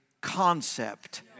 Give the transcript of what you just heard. concept